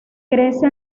crece